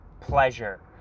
pleasure